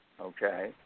okay